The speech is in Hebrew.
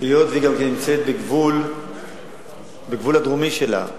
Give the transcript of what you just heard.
היות שהיא גם נמצאת, בגבול הדרומי שלה,